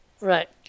Right